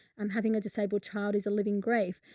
i'm having a disabled child is a living grave,